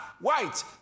white